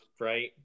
right